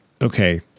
okay